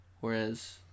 whereas